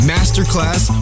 Masterclass